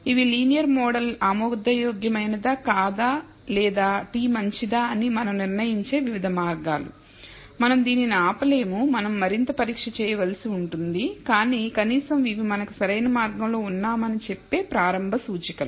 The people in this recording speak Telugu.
ఇవి లీనియర్ మోడల్ ఆమోదయోగ్యమైనదా కాదా లేదా t మంచిదా అని మనం నిర్ణయించే వివిధ మార్గాలు మనం దీనిని ఆపలేము మనం మరింత పరీక్ష చేయవలసి ఉంది కాని కనీసం ఇవి మనం సరైన మార్గంలో ఉన్నామని చెప్పే ప్రారంభ సూచికలు